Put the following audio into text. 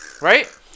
right